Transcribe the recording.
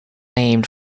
named